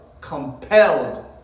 compelled